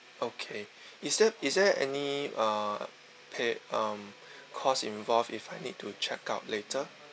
okay is there is there any uh paid uh cost involved if I need to check out later